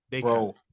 bro